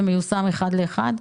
ומיושם אחד לאחד?